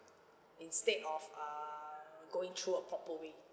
instead of err going through a proper way